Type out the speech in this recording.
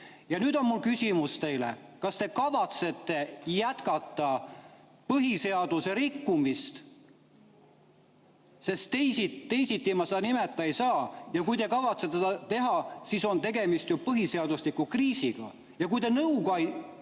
nüüd on mu küsimus teile. Kas te kavatsete jätkata põhiseaduse rikkumist? Sest teisiti ma seda nimetada ei saa. Ja kui te kavatsete seda teha, siis on tegemist ju põhiseadusliku kriisiga. Ja kui te nõuga